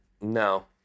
No